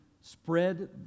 spread